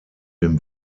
den